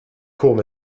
courts